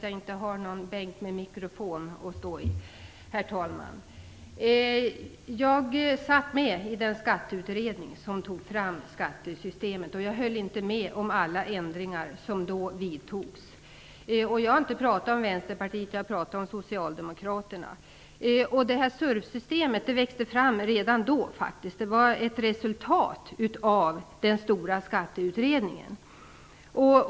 Herr talman! Jag satt med i den skatteutredning som tog fram förslaget om skattesystemet. Jag höll inte med om alla ändringar som då vidtogs. Jag har inte pratat om Vänsterpartiet. Jag har pratat om Socialdemokraterna. SURV-systemet växte fram redan under den här tiden. Det var ett resultat av den stora skatteutredningen.